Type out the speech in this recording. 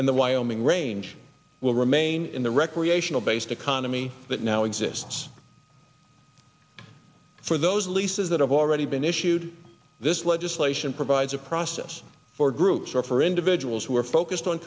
and the wyoming range will remain in the recreational based economy that now exists for those leases that have already been issued this legislation provides a process for groups or for individuals who are focused on